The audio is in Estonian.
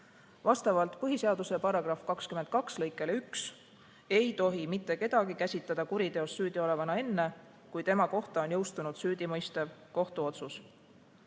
Vastavalt põhiseaduse § 22 lõikele 1 ei tohi kedagi käsitada kuriteos süüdi olevana enne, kui tema kohta on jõustunud süüdimõistev kohtuotsus.